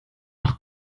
nach